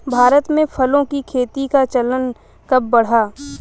भारत में फलों की खेती का चलन कब बढ़ा?